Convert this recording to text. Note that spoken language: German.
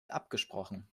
abgesprochen